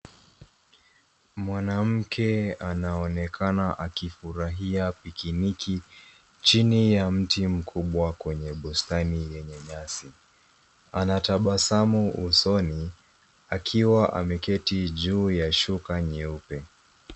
Mwanamke anaonekana akifurahia pikiniki chini ya mti mkubwa kwenye bustani yenye nyasi. Anatabasamu usoni akiwa ameketi juu ya shuka nyeupe.